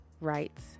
rights